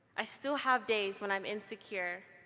i still have days when i'm insecure,